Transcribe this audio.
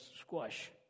squash